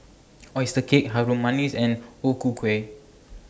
Oyster Cake Harum Manis and O Ku Kueh